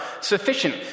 sufficient